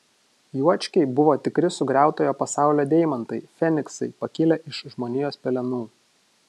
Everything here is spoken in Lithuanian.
juočkiai buvo tikri sugriautojo pasaulio deimantai feniksai pakilę iš žmonijos pelenų